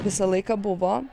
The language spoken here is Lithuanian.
visą laiką buvo